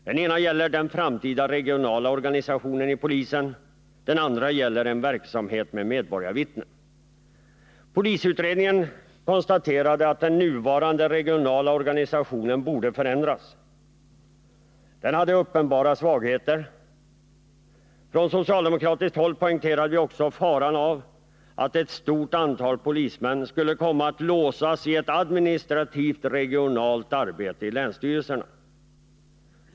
Den ena punkten gäller den framtida regionala organisationen vid polisen och den andra en verksamhet med medborgarvittnen. Polisutredningen konstaterade att den nuvarande regionala organisationen bör förändras. Den hade, sade man, uppenbara svagheter. Från socialdemokratiskt håll poängterade vi också faran av att ett stort antal polismän skulle komma att låsas i ett administrativt regionalt arbete i länsstyrelserna.